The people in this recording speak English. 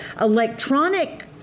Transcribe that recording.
electronic